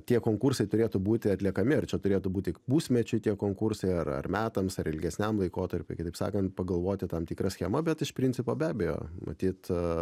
tie konkursai turėtų būti atliekami ar čia turėtų būti pusmečiui tie konkursai ar ar metams ar ilgesniam laikotarpiui kitaip sakant pagalvoti tam tikrą schemą bet iš principo be abejo matyt